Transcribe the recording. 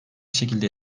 şekilde